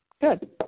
good